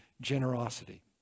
generosity